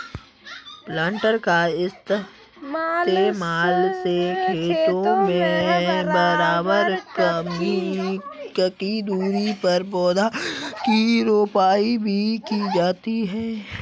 planter का इस्तेमाल से खेतों में बराबर ककी दूरी पर पौधा की रोपाई भी की जाती है